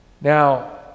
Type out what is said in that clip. Now